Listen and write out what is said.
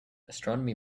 astronomy